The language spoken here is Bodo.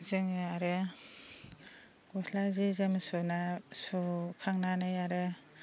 जोङो आरो गस्ला जि जोम सुना सुखांनानै आरो